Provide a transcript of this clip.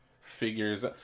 figures